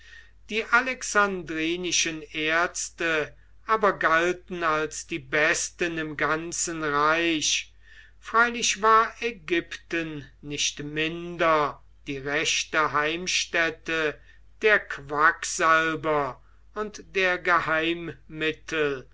die alexandrinischen ärzte aber galten als die besten im ganzen reich freilich war ägypten nicht minder die rechte heimstätte der quacksalber und der